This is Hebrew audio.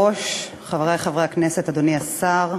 חבר הכנסת יואב בן צור,